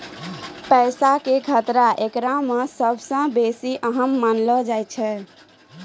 पैसा के खतरा एकरा मे सभ से बेसी अहम मानलो जाय छै